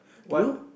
you